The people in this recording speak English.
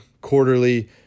quarterly